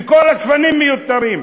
וכל השפנים מיותרים.